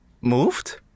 moved